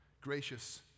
Gracious